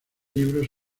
libros